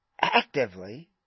actively